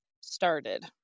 started